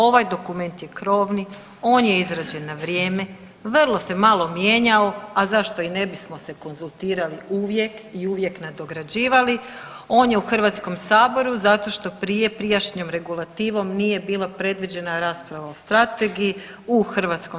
Ovaj dokument je krovni, on je izrađen na vrijeme, vrlo se malo mijenjao, a zašto i ne bismo se konzultirali uvijek i uvijek nadograđivali, on je u HS zato što prije prijašnjom regulativom nije bila predviđena rasprava o strategiji u HS.